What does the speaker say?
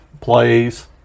plays